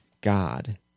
God